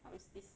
how is this